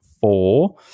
four